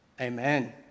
Amen